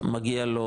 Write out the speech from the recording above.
מגיע לו